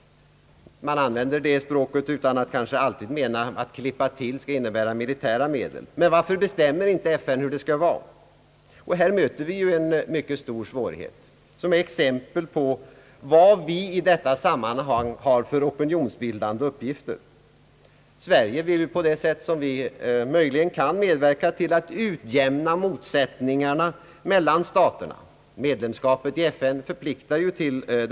Man använder det språket utan att med »klippa till» mena att militära medel skall användas. Man undrar varför inte FN klart bestämmer hur det skall vara. Här möter vi en mycket stor svårighet och samtidigt ett exempel på vilka opinionsbildande uppgifter vi har i detta sammanhang. Sverige vill ju på det sätt som är möjligt medverka till att utjämna motsättningarna mellan staterna. Medlemskapet i FN förpliktar härtill.